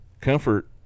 comfort